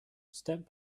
step